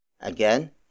Again